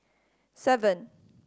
seven